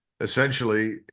essentially